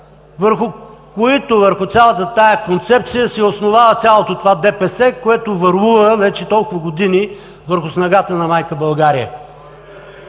на човека! Върху цялата тази концепция се основава цялото това ДПС, което върлува вече толкова години върху снагата на майка България.